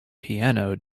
piano